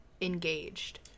engaged